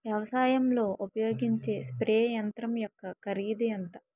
వ్యవసాయం లో ఉపయోగించే స్ప్రే యంత్రం యెక్క కరిదు ఎంత?